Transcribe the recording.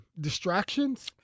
distractions